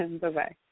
Bye-bye